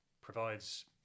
provides